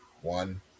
One